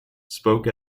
spoke